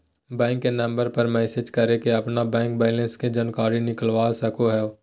bank के number पर message करके अपन बैंक बैलेंस के जानकारी निकलवा सको हो